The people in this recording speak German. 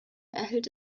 erhält